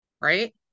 right